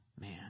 man